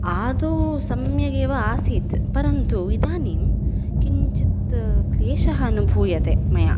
आदौ सम्यगेव आसीत् परन्तु इदानीं किञ्चित् क्लेषः अनुभूयते मया